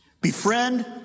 befriend